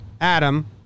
Adam